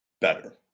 better